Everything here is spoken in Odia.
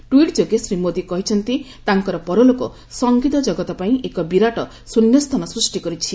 ଟ୍ୱିଟ୍ ଯୋଗେ ଶ୍ରୀ ମୋଦି କହିଛନ୍ତି ତାଙ୍କର ପରଲୋକ ସଙ୍ଗୀତ କ୍ରଗତ ପାଇଁ ଏକ ବିରାଟ ଶୃନ୍ୟସ୍ଥାନ ସ୍ହୁଷ୍ଟି କରିଛି